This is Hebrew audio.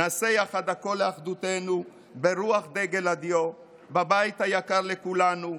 נעשה יחד הכול לאחדותנו ברוח דגל הדיו בבית היקר לכולנו,